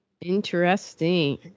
Interesting